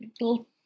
little